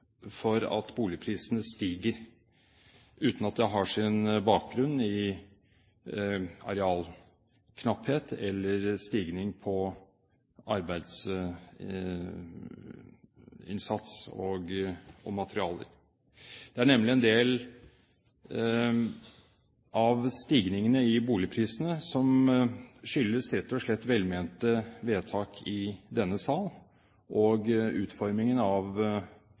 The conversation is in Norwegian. boligprisene stiger uten at det har sin bakgrunn i arealknapphet eller stigning i arbeidsinnsats og materialer. En del av stigningene i boligprisene skyldes rett og slett velmente vedtak i denne sal og utformingen av